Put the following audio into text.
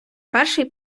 перший